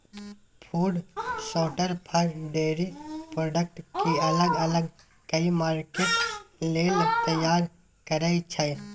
food शार्टर फर, dairy product केँ अलग अलग कए मार्केट लेल तैयार करय छै